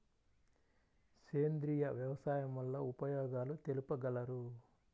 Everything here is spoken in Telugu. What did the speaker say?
సేంద్రియ వ్యవసాయం వల్ల ఉపయోగాలు తెలుపగలరు?